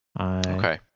okay